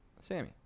Sammy